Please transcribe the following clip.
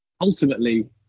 Ultimately